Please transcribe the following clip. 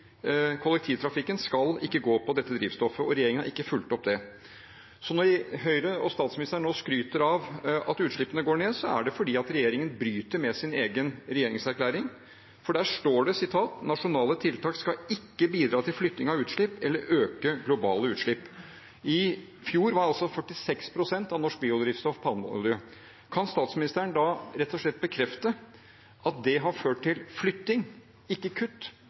kollektivtrafikken ikke skal gå på dette drivstoffet, og det har regjeringen ikke fulgt opp. Så når Høyre og statsministeren nå kan skryte av at utslippene går ned, er det fordi regjeringen bryter med sin egen regjeringsplattform, for der står det: «Nasjonale tiltak skal ikke bidra til flytting av utslipp eller til å øke globale utslipp.» I fjor var altså 46 pst. av norsk biodrivstoff palmeolje. Kan statsministeren da rett og slett bekrefte at det har ført til flytting, ikke kutt,